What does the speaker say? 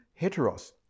heteros